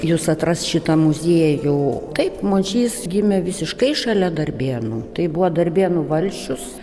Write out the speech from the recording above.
jus atras šitą muziejų kaip mončys gimė visiškai šalia darbėnų tai buvo darbėnų valsčius